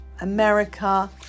America